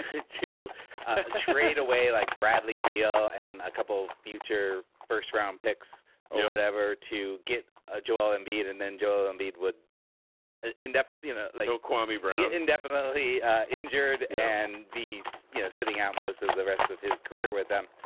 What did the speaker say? get to trade away like bradley beal and a couple of future first round picks yeah whatever to get ah joel embiid and then joel embiid would ah end up you know like kwame brown indefinitely injured and he's yeah sitting out most of the rest of his career with them